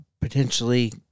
potentially